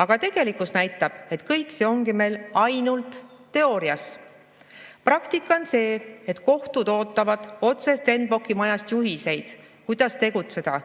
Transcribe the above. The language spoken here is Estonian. aga tegelikkus näitab, et see kõik ongi meil ainult teoorias. Praktika on see, et kohtud ootavad otse Stenbocki majast juhiseid, kuidas tegutseda,